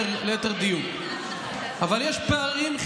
ואני גם השר המשיב בעניין הזה.